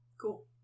Cool